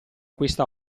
questa